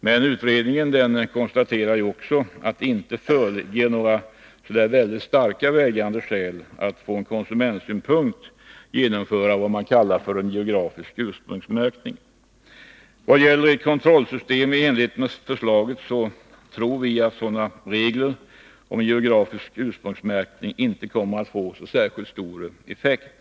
Men utredningen konstaterade också att det inte föreligger några starkt vägande skäl att från konsumentsynpunkt genomföra vad man kallar en geografisk ursprungsmärkning. Vad gäller ett kontrollsystem i enlighet med förslaget tror vi att sådana regler om geografisk ursprungsmärkning inte kommer att få så särskilt stor effekt.